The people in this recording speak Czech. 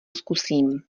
zkusím